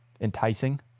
enticing